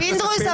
--- פינדרוס,